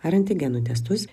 ar antigenų testus